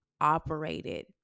operated